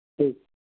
ٹھیک